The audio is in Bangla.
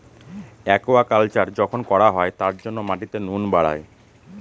একুয়াকালচার যখন করা হয় তার জন্য মাটিতে নুন বাড়ায়